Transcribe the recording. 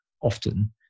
often